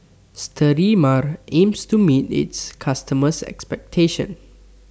Sterimar aims to meet its customers' expectations